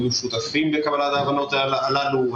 הם היו שותפים לקבלת ההבנות האלו.